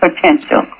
potential